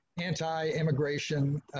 anti-immigration